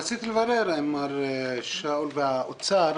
רציתי לברר עם מר שאול והאוצר.